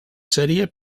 sèrie